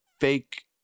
fake